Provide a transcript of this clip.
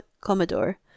Commodore